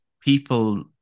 people